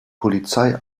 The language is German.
polizei